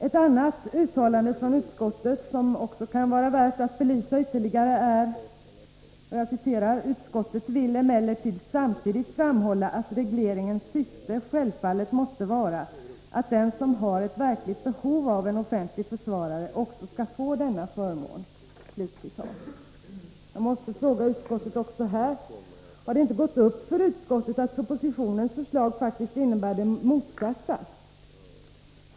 Ett annat uttalande från utskottet som också kan vara värt att belysa ytterligare är: ”Utskottet vill emellertid samtidigt framhålla att regleringens syfte självfallet måste vara att den som har ett verkligt behov av en offentlig försvarare också skall få denna förmån.” Jag måste fråga utskottet också här: Har det inte gått upp för utskottet att propositionens förslag faktiskt innebär det motsatta?